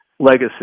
Legacy